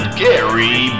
gary